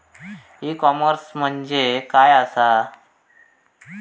E commerce म्हणजे काय असा?